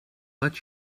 let